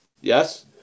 Yes